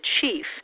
chief